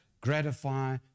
gratify